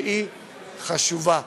שהיא חשובה.